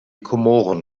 komoren